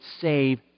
save